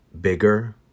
bigger